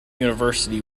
university